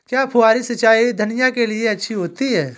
क्या फुहारी सिंचाई धनिया के लिए अच्छी होती है?